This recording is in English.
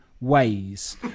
ways